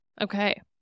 okay